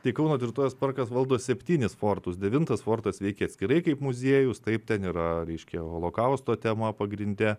tai kauno tvirtovės parkas valdo septynis fortus devintas fortas veikia atskirai kaip muziejus tai ten yra reiškia holokausto tema pagrinde